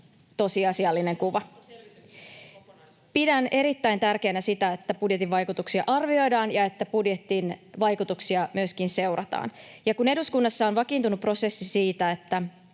tosiasiallinen kuva. Pidän erittäin tärkeänä, että budjetin vaikutuksia arvioidaan ja että budjetin vaikutuksia myöskin seurataan, ja kun eduskunnassa on vakiintunut prosessi, että